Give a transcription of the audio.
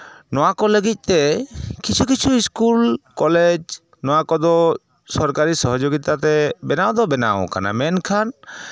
ᱱᱚᱣᱟ ᱠᱚ ᱞᱟᱹᱜᱤᱫ ᱛᱮ ᱠᱤᱪᱷᱩ ᱠᱤᱪᱷᱩ ᱤᱥᱠᱩᱞ ᱠᱚᱞᱮᱡᱽ ᱱᱚᱣᱟ ᱠᱚᱫᱚ ᱥᱚᱨᱠᱟᱨᱤ ᱥᱚᱦᱚᱡᱳᱜᱤᱛᱟᱛᱮ ᱵᱮᱱᱟᱣ ᱫᱚ ᱵᱮᱱᱟᱣ ᱠᱟᱱᱟ ᱢᱮᱱᱠᱷᱟᱱ